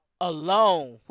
Alone